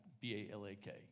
B-A-L-A-K